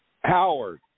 Howard